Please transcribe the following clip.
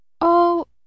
Oh